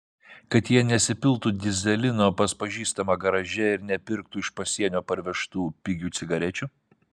kad jie nesipiltų dyzelino pas pažįstamą garaže ir nepirktų iš pasienio parvežtų pigių cigarečių